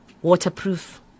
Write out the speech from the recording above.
waterproof